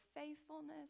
faithfulness